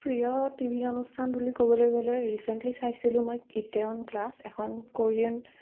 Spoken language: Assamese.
প্ৰিয় টি ভি অনুষ্ঠান বুলি ক'বলৈ গ'লে ৰিচেণ্টলি চাইছিলোঁ মই ইটেৱন ক্লাছ এখন কোৰিয়ান